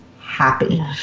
happy